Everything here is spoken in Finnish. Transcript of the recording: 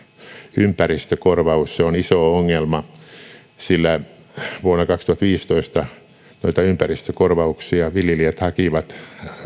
ympäristökorvaus se on iso ongelma sillä vuonna kaksituhattaviisitoista noita ympäristökorvauksia viljelijät hakivat